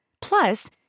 Plus